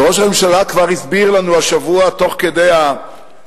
וראש הממשלה כבר הסביר לנו השבוע, תוך כדי הפתיחה,